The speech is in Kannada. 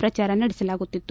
ಪ್ರಚಾರ ನಡೆಸಲಾಗುತ್ತಿತ್ತು